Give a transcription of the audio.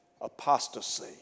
Apostasy